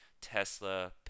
Tesla